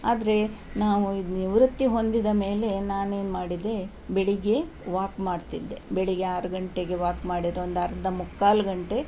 ಆದರೆ ನಾವು ಇದು ನಿವೃತ್ತಿ ಹೊಂದಿದ ಮೇಲೆ ನಾನೇನು ಮಾಡಿದೆ ಬೆಳಿಗ್ಗೆ ವಾಕ್ ಮಾಡ್ತಿದ್ದೆ ಬೆಳಿಗ್ಗೆ ಆರು ಗಂಟೆಗೆ ವಾಕ್ ಮಾಡಿರೆ ಒಂದು ಅರ್ಧ ಮುಕ್ಕಾಲು ಗಂಟೆ